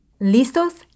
¿Listos